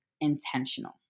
intentional